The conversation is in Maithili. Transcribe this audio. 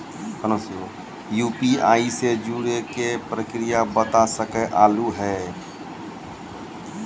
यु.पी.आई से जुड़े के प्रक्रिया बता सके आलू है?